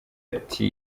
ati